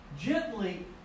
Gently